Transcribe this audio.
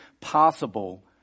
possible